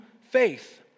faith